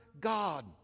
God